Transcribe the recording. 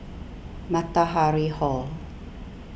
Matahari Hall